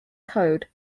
code